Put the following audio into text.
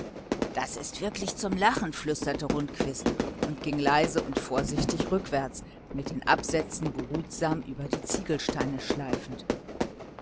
das ist wirklich zum lachen flüsterte rundquist und ging leise und vorsichtig rückwärts mit den absätzen behutsam über die ziegelsteine schleifend